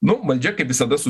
nu valdžia kaip visada su